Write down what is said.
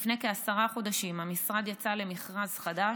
לפני כעשרה חודשים המשרד יצא למכרז חדש,